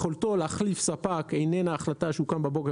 יכולתו להחליף ספק איננה החלטה שהוא קם בבוקר